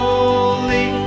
Holy